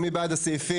מי בעד הסעיפים?